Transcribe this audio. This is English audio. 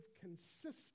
consistent